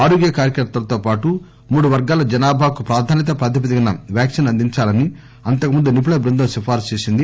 ఆరోగ్య కార్యకర్తలతో పాటుగా మూడు వర్గాల జనాభాకు ప్రాధాన్యతా ప్రాతిపదికన వ్యాక్సిన్ అందించాలని అంతకుముందు నిపుణుల బృందం సిఫార్పు చేసింది